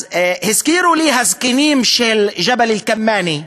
אז הזכירו לי הזקנים של ג'בל-אל-כמאנה,